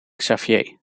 xavier